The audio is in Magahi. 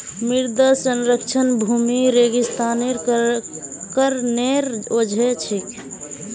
मृदा क्षरण भूमि रेगिस्तानीकरनेर वजह छेक